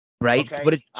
Right